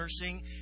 nursing